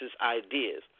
ideas